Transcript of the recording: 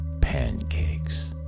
pancakes